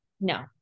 No